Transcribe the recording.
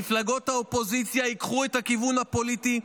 מפלגות האופוזיציה ייקחו את הכיוון הפוליטי,